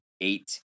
eight